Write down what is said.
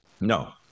No